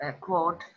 quote